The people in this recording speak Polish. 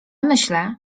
myślę